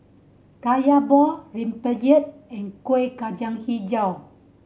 Kaya ball rempeyek and Kuih Kacang Hijau